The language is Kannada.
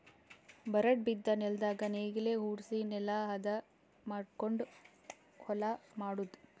ಬರಡ್ ಬಿದ್ದ ನೆಲ್ದಾಗ ನೇಗಿಲ ಹೊಡ್ಸಿ ನೆಲಾ ಹದ ಮಾಡಕೊಂಡು ಹೊಲಾ ಮಾಡದು